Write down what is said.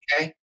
Okay